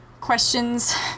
questions